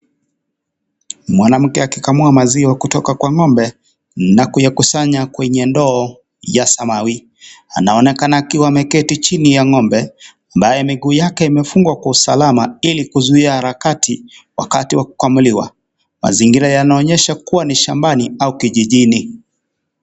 Mwanamke akikamua maziwa kutoka kwa ngombe na kuyakusanya kwenye ndoo ya samawi, anaonekana akiwa ameketi chini ya ngombe ambayo miguu yake imefungwa kwa usalama ili kuzuia harakati wakati wa kukamuliwa. Mazingira yanaonyesha kuwa ni shambani au kijijini.